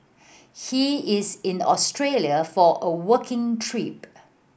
he is in Australia for a working trip